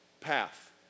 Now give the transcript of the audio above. Path